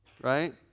right